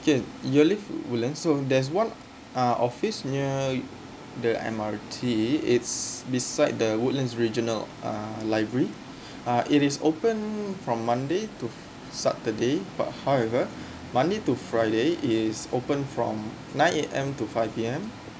K you're live in woodlands so there's one uh office near the M_R_T it's beside the woodlands regional uh library uh it is open from monday to saturday but however monday to friday is open from nine A_M to five P_M